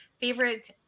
favorite